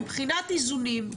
מבחינת איזונים,